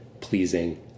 pleasing